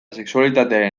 sexualitatearen